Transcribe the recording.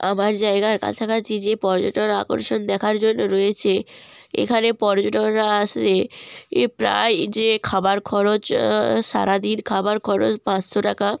আমার জায়গার কাছাকাছি যে পর্যটন আকর্ষণ দেখার জন্য রয়েছে এখানে পর্যটকরা আসলে এ প্রায় যে খাবার খরচ সারা দিন খাবার খরচ পাঁচশো টাকা